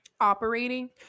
operating